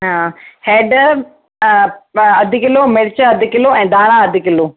हा हैड अधु किलो मिर्च अधु किलो ऐं धाणा अधु किलो